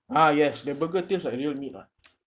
ah yes the burger taste like real meat [what]